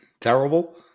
Terrible